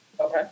Okay